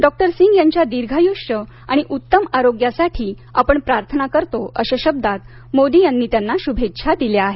doctor Singh यांच्या दीर्घायुष्य आणि उत्तम आरोग्यासाठी आपण प्रार्थना करतो अशा शब्दांत मोदी यांनी त्यांना शुभेच्छा दिल्या आहेत